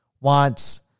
wants